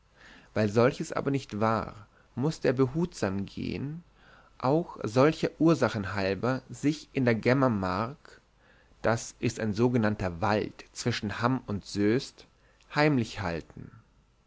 weil solches aber nicht war mußte er behutsam gehen auch solcher ursachen halber sich in der gemmer mark das ist ein so genannter wald zwischen hamm und soest heimlich halten